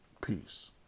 Peace